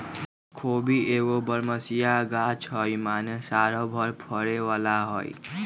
खोबि एगो बरमसिया ग़ाछ हइ माने सालो भर फरे बला हइ